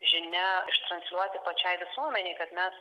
žinia ištransliuoti pačiai visuomenei kad mes